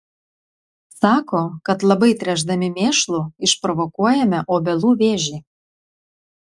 sako kad labai tręšdami mėšlu išprovokuojame obelų vėžį